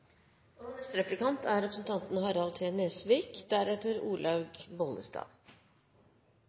Høyre innførte. Representanten Harald T. Nesvik